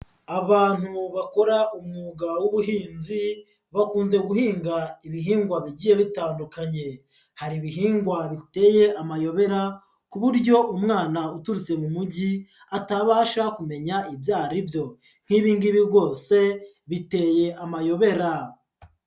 Abantu bakora umwuga w'ubuhinzi bakunze guhinga ibihingwa bigiye bitandukanye, hari ibihingwa biteye amayobera ku buryo umwana uturutse mu mugi atabasha kumenya ibyo ari byo, nk'ibi ngibi rwose biteye amayobera.